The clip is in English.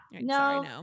no